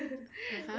(uh huh)